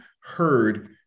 heard